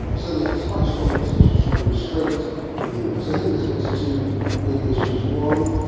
so there's there's quite strong institutional restraints in the us. i think there's there's two big issues. one,